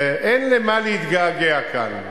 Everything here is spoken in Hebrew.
ואין למה להתגעגע כאן,